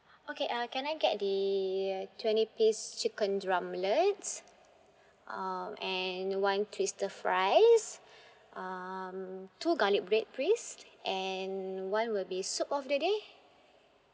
okay uh can I get the twenty piece chicken drumlets um and one twister fries um two garlic bread please and one will be soup of the day